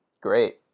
Great